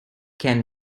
can